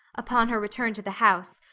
upon her return to the house,